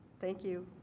thank you.